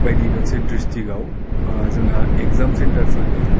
बायदि मोनसे डिस्ट्रिक्टआव जोंहा एग्जाम सेन्टारफोर गैया